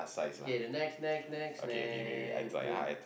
K the next next next next